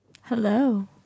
Hello